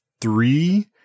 three